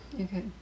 Okay